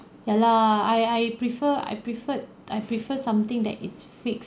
ya lah I I prefer I prefered I prefer something that is fixed